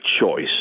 choice